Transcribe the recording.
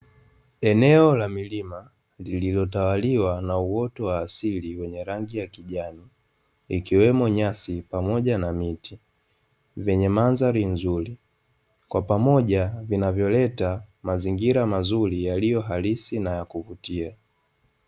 Eneo la milima lililotawaliwa na uwoto wa asili wenye rangi ya kijani, ikiwemo nyasi pamoja na miti, vyenye madhari nzuri kwapamoja vinavyoleta mazingira mazuri yaliyo halisi na kuvutia.